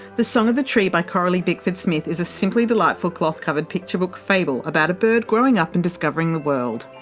the song of the tree by coralie bickford smith is a simply delightful cloth covered picture book fable about a bird growing up and discovering the world.